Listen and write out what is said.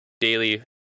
daily